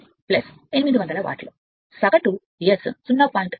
8 kilo watt